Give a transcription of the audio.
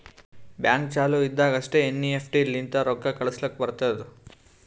bank ಚಾಲು ಇದ್ದಾಗ್ ಅಷ್ಟೇ ಎನ್.ಈ.ಎಫ್.ಟಿ ಲಿಂತ ರೊಕ್ಕಾ ಕಳುಸ್ಲಾಕ್ ಬರ್ತುದ್